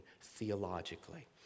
theologically